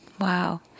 Wow